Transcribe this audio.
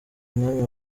mwana